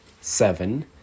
seven